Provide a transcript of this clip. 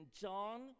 John